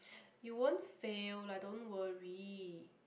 you won't fail lah don't worry